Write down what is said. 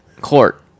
Court